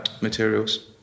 materials